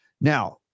Now